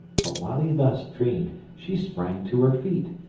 but while he thus dreamed she sprang to her feet,